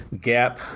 Gap